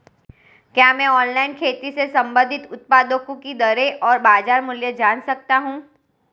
क्या मैं ऑनलाइन खेती से संबंधित उत्पादों की दरें और बाज़ार मूल्य जान सकता हूँ?